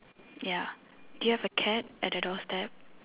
ya do you have a cat at the doorstep